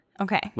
Okay